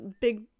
big